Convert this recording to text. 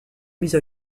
mise